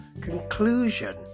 conclusion